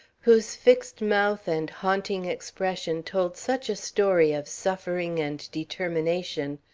whose fixed mouth and haunting expression told such a story of suffering and determination,